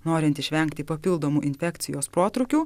norint išvengti papildomų infekcijos protrūkių